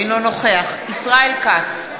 אינו נוכח ישראל כץ,